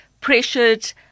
pressured